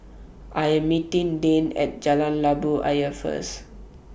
I Am meeting Deann At Jalan Labu Ayer First